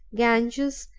ganges,